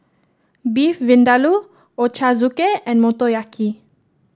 Beef Vindaloo Ochazuke and Motoyaki